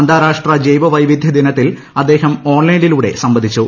അന്താരാഷ്ട്ര ജൈവവൈവിധ്യ ദിനത്തിൽ അദ്ദേഹം ഓൺലൈനിലൂടെ സംവദിച്ചു